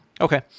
Okay